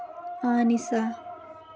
آنِسا